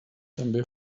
també